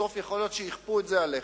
בסוף יכול להיות שיכפו את זה עליך,